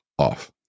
off